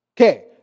Okay